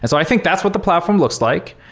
so i think that's what the platform looks like.